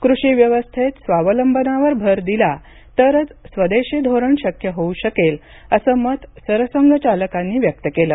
कृषी व्यवस्थेत स्वावलंबनावर भर दिला तरच स्वदेशी धोरण शक्य होऊ शकेल असे मत सरसंघचालकांनी व्यक्त केलं